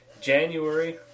January